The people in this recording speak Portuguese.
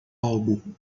álbum